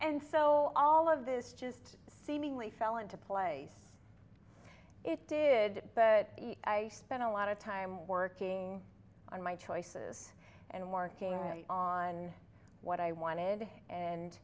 so all of this just seemingly fell into place it did but i spent a lot of time working on my choices and working on what i wanted and